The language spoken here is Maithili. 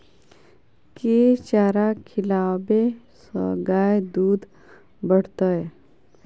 केँ चारा खिलाबै सँ गाय दुध बढ़तै?